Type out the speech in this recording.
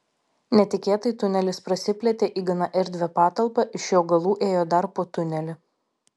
netikėtai tunelis prasiplėtė į gana erdvią patalpą iš jo galų ėjo dar po tunelį